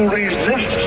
resist